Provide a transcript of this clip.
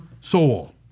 soul